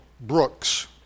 Brooks